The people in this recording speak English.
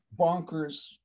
bonkers